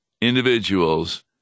individuals